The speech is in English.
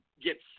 get